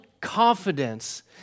confidence